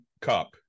cup